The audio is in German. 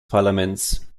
parlaments